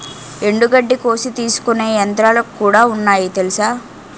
ఎండుగడ్డి కోసి తీసుకునే యంత్రాలుకూడా ఉన్నాయి తెలుసా?